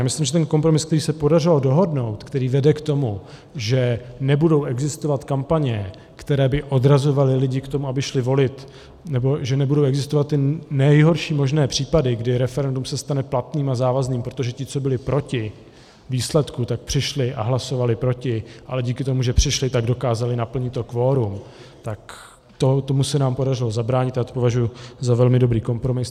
Já myslím, že ten kompromis, který se podařilo dohodnout, který vede k tomu, že nebudou existovat kampaně, které by odrazovaly lidi od toho, aby šli volit, nebo že nebudou existovat ty nejhorší možné případy, kdy referendum se stane platným a závazným, protože ti, co byli proti výsledku, tak přišli a hlasovali proti, ale díky tomu, že přišli, tak dokázali naplnit to kvorum, tak tomu se nám podařilo zabránit a já to považuji za velmi dobrý kompromis.